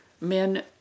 Men